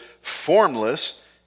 formless